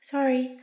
Sorry